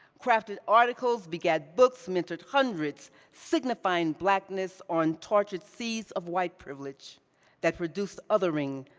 crafted articles, begat books, mentored hundreds, signifying blackness on tortured seas of white privilege that produced othering,